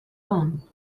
own